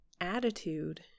attitude